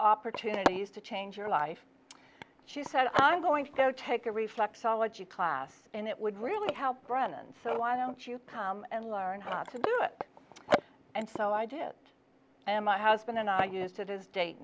opportunities to change your life she said i'm going to go take a reflexology class and it would really help brennan so why don't you come and learn how not to do it and so i did it and my husband and i used it as date